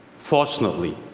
fortunately,